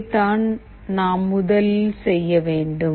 இதைத்தான் நாம் முதலில் செய்ய வேண்டும்